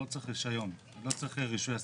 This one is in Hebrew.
לא צריך רישיון, לא צריך רישוי עסקים.